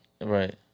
Right